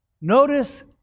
Notice